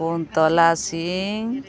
Kuntala Singh